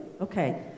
Okay